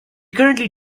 currently